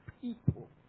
people